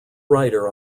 writer